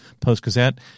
Post-Gazette